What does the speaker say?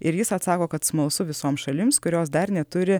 ir jis atsako kad smalsu visoms šalims kurios dar neturi